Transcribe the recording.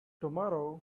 tomorrow